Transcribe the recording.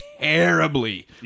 terribly